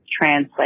translate